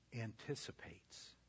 anticipates